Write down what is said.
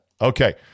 Okay